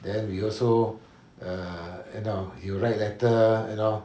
then we also err you know you write letter you know